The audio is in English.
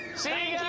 see